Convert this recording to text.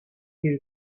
you